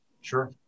Sure